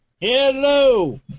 Hello